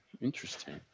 Interesting